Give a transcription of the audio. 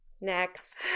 Next